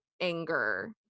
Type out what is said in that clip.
anger